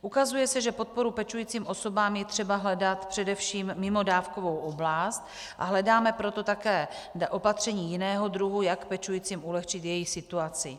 Ukazuje se, že podporu pečujícím osobám je třeba hledat především mimo dávkovou oblast, a hledáme proto také opatření jiného druhu, jak pečujícím ulehčit jejich situaci.